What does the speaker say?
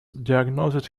diagnosed